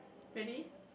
really